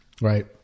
Right